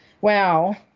Wow